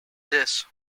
this